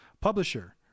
Publisher